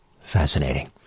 Fascinating